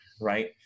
right